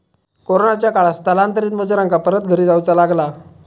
कोरोनाच्या काळात स्थलांतरित मजुरांका परत घरी जाऊचा लागला